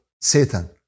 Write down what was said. Satan